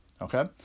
okay